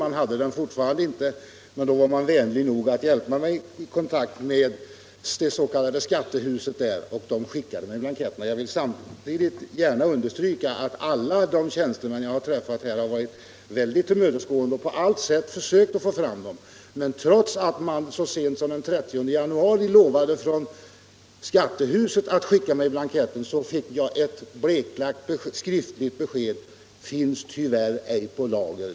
Man hade fortfarande inte blanketterna, men man var vänlig nog att hjälpa mig att få kontakt med skattehuset. Därifrån skickades blanketterna. Jag vill samtidigt gärna understryka att alla tjänstemän som jag har träffat har varit mycket tillmötesgående och på allt sätt försökt få fram blanketterna. Men trots att man så sent som den 30 januari lovade från skattehuset att skicka mig blanketterna fick jag ett bleklagt skriftligt besked: Finns tyvärr ej på lager.